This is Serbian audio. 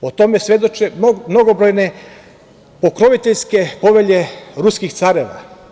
O tome svedoče mnogobrojne pokroviteljske povelje ruskih careva.